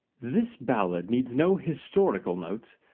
this ballad needs no historical notes,